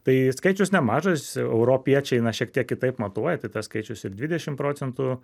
tai skaičius nemažas europiečiai na šiek tiek kitaip matuoja tai tas skaičius ir dvidešim procentų